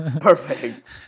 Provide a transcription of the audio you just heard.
Perfect